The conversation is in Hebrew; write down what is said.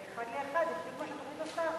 ואחד לאחד זה בדיוק מה שהתוכנית עושה,